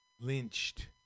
lynched